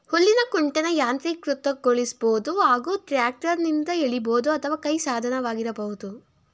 ಹುಲ್ಲಿನ ಕುಂಟೆನ ಯಾಂತ್ರೀಕೃತಗೊಳಿಸ್ಬೋದು ಹಾಗೂ ಟ್ರ್ಯಾಕ್ಟರ್ನಿಂದ ಎಳಿಬೋದು ಅಥವಾ ಕೈ ಸಾಧನವಾಗಿರಬಹುದು